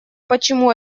почему